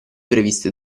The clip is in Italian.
previste